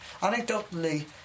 anecdotally